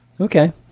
Okay